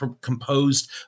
composed